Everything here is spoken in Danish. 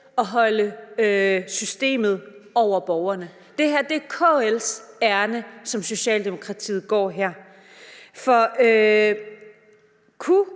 at holde systemet over borgerne. Det her er KL's ærinde, som Socialdemokratiet går her.